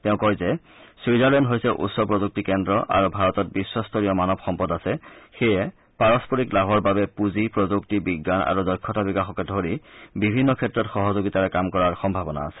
তেওঁ কয় যে ছুইজাৰলেণ্ড হৈছে উচ্চ প্ৰযুক্তি কেন্দ্ৰ আৰু ভাৰতত বিশ্বস্তৰীয় মানব সম্পদ আছে সেয়ে পাৰস্পৰিক লাভৰ বাবে পূঁজি প্ৰযুক্তি বিজ্ঞান আৰু দক্ষতা বিকাশকে ধৰি বিভিন্ন ক্ষেত্ৰত সহযোগিতাৰে কাম কৰাৰ সম্ভাৱনা আছে